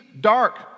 dark